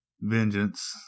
Vengeance